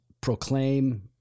proclaim